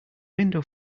window